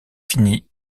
fini